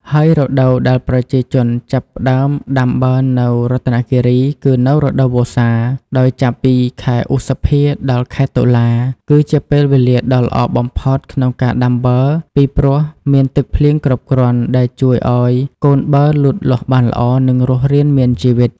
ហើយរដូវដែលប្រជាជនចាប់ផ្ដើមដាំបឺរនៅរតនគិរី គឺនៅរដូវវស្សា ដោយចាប់ពីខែឧសភា ដល់ខែតុលា គឺជាពេលវេលាដ៏ល្អបំផុតក្នុងការដាំបឺរ ពីព្រោះមានទឹកភ្លៀងគ្រប់គ្រាន់ដែលជួយឱ្យកូនបឺរលូតលាស់បានល្អ និងរស់រានមានជីវិត។